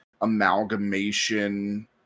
amalgamation